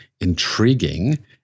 intriguing